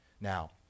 Now